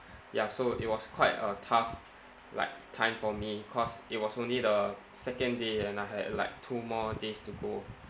ya so it was quite a tough like time for me cause it was only the second day and I had like two more days to go